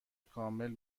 کامل